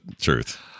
truth